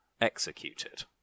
executed